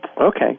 Okay